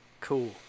Cool